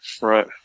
right